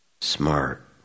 smart